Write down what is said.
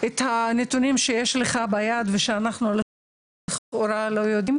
אפשר לקבל את הנתונים שיש לך ביד ושאנחנו לכאורה לא יודעים?